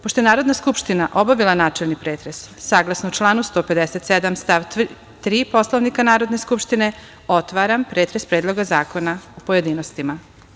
Pošto je Narodna skupština obavila načelni pretres, saglasno članu 157. stav 3. Poslovnika Narodne skupštine, otvaram pretres Predloga zakona u pojedinostima.